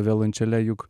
violončele juk